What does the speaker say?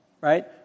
Right